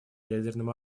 ядерным